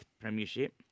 premiership